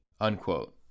Unquote